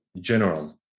general